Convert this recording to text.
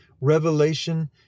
revelation